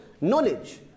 knowledge